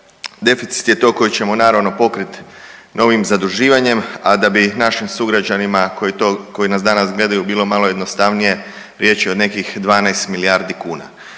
Deficit je to koji ćemo naravno pokrit novim zaduživanjem, a da bi našim sugrađanima koji to, koji nas danas gledaju bilo malo jednostavnije riječ je o nekih 12 milijardi kuna.